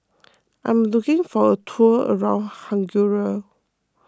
I am looking for a tour around Hungary